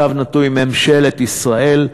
ממשלת ישראל,